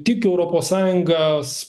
tik europos sąjungos